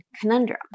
conundrum